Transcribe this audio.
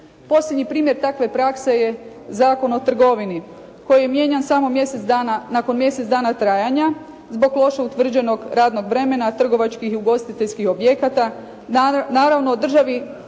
Posljednji primjer takve prakse je Zakon o trgovini koji je mijenjan samo mjesec dana, nakon mjesec dana trajanja zbog loše utvrđenog radnog vremena trgovačkih i ugostiteljskih objekata.